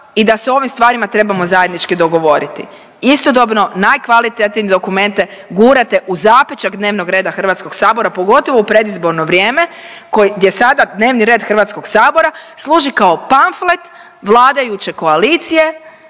i da se o ovim stvarima trebamo zajednički dogovoriti. Istodobno najkvalitetnije dokumente gurate u zapećak dnevnog reda Hrvatskog sabora pogotovo u predizborno vrijeme, gdje sada dnevni red Hrvatskog sabora služi kao pamflet vladajuće koalicije,